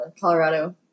Colorado